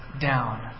down